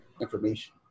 information